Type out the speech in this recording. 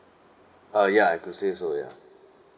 uh ya I could say so ya